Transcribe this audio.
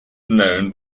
known